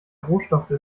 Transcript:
rohstoffe